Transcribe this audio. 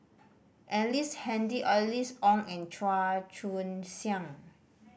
Ellice Handy Alice Ong and Chua Joon Siang